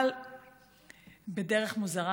אבל בדרך מוזרה,